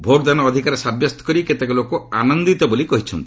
ଭୋଟ୍ଦାନ ଅଧିକାର ସାବ୍ୟସ୍ତ କରି କେତେକ ଲୋକ ଆନନ୍ଦିତ ବୋଲି କହିଛନ୍ତି